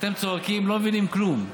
כשאתם צועקים לא מבינים כלום,